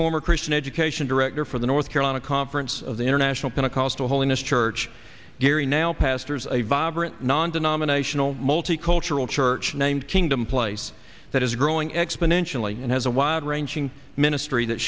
former christian education director for the north carolina conference of the international pentecostal holiness church gary knell pastors a vibrant non denominational multicultural church named kingdom place that is growing exponentially and has a wide ranging ministry that